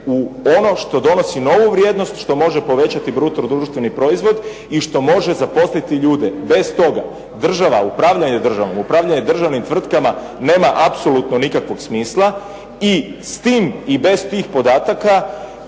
u ono što donosi novu vrijednost, što može povećati bruto društveni proizvod i što može zaposliti ljude. Bez toga država, upravljanje državom, upravljanje državnim tvrtkama nema apsolutno nikakvog smisla i s tim i bez tih podataka